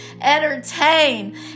entertain